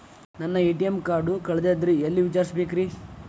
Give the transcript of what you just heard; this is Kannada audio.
ನನ್ನ ಎ.ಟಿ.ಎಂ ಕಾರ್ಡು ಕಳದದ್ರಿ ಎಲ್ಲಿ ವಿಚಾರಿಸ್ಬೇಕ್ರಿ?